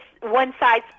one-size-